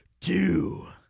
two